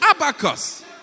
Abacus